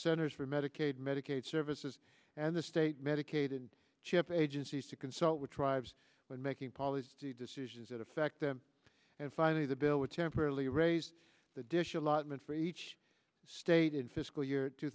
centers for medicaid medicaid services and the state medicaid and chip agencies to consult with tribes when making policy decisions that affect them and finally the bill would temporarily raise the dish allotment for each state in fiscal year two